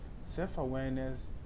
self-awareness